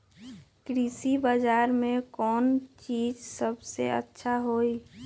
कृषि बजार में कौन चीज सबसे अच्छा होई?